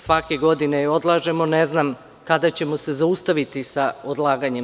Svake godine je odlažemo, ne znam kada ćemo se zaustaviti sa odlaganjem.